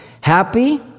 Happy